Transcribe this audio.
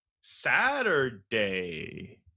Saturday